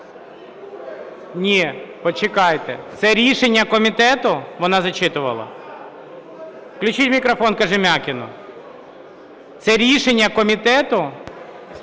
Ні, почекайте! Це рішення комітету, вона зачитувала? Включіть мікрофон Кожем'якіну. Це рішення комітету?